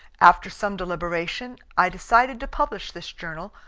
after some deliberation i decided to publish this journal,